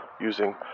using